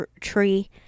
tree